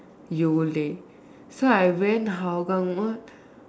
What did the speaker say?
Yole so I went Hougang Mall